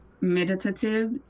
meditative